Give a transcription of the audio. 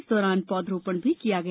इस दौरान पौधरोपण भी किया गया